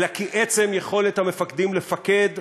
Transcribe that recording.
אלא כי עצם יכולת המפקדים לפקד,